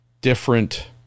different